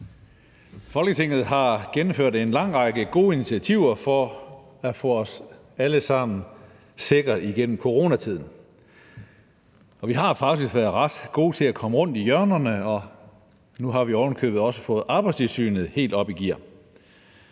Folketinget har gennemført en lang række gode initiativer for at få os alle sammen sikkert igennem coronatiden, og vi har faktisk været ret gode til at komme rundt i hjørnerne, og nu har vi ovenikøbet også fået Arbejdstilsynet helt op i gear.